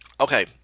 okay